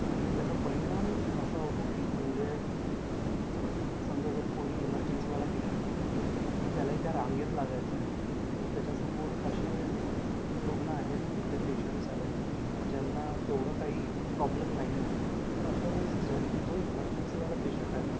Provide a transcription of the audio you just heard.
आणि त्याचा परिणाम असा होतो की म्हणजे समजा जर कोणी इमरन्सीवाला पेशंट आहे आणि त्यालाही त्या रांगेत लागायचं आहे आणि त्याच्यासमोर असे रुग्ण आहेत कुठले पेशंटस् आहेत ज्यांना तेवढं काही प्रॉब्लेम नाही आहे तर अशा वेळेस ज्या जो इमरन्सीवाला पेशंट आहे ना